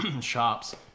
shops